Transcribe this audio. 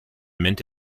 mint